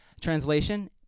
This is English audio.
translation